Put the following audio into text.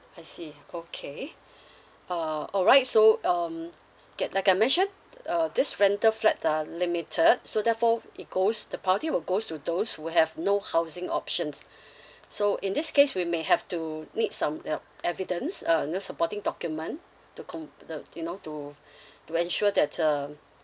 I see okay uh alright so um okay like I mentioned uh this rental flat are limited so therefore it goes the party will goes to those who have no housing options so in this case we may have to need some uh evidence uh you know supporting document to comp~ uh you know to to ensure that um